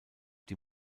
die